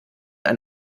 ein